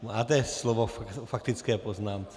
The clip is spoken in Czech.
Máte slovo k faktické poznámce.